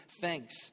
thanks